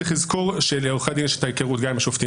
צריך לזכור שלעורכי הדין יש ההיכרות גם עם שופטים,